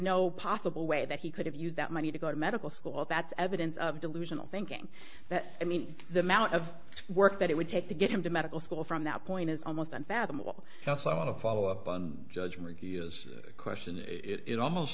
no possible way that he could have used that money to go to medical school that's evidence of delusional thinking that i mean the amount of work that it would take to get him to medical school from that point is almost unfathomable now so i want to follow up on judg